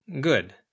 Good